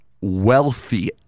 wealthy